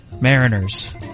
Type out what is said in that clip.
mariners